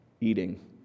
eating